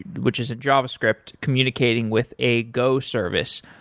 which is a javascript communicating with a go service.